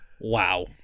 Wow